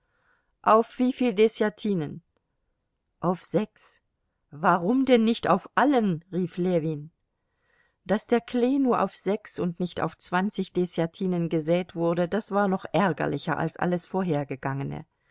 auf wieviel deßjatinen auf sechs warum denn nicht auf allen rief ljewin daß der klee nur auf sechs und nicht auf zwanzig deßjatinen gesät wurde das war noch ärgerlicher als alles vorhergegangene